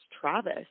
Travis